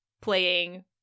playing